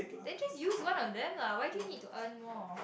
then just use one of them lah why do you need to earn more